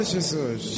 Jesus